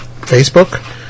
Facebook